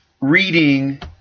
reading